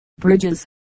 bridges